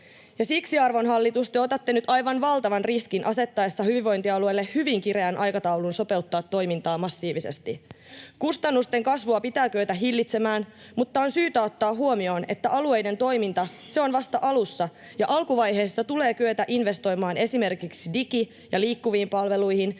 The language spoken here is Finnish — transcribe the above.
Siksi, arvon hallitus, te otatte nyt aivan valtavan riskin asettaessanne hyvinvointialueille hyvin kireän aikataulun sopeuttaa toimintaa massiivisesti. Kustannusten kasvua pitää kyetä hillitsemään, mutta on syytä ottaa huomioon, että alueiden toiminta on vasta alussa ja alkuvaiheessa tulee kyetä investoimaan esimerkiksi digi- ja liikkuviin palveluihin,